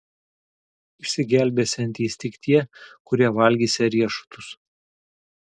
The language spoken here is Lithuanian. išsigelbėsiantys tik tie kurie valgysią riešutus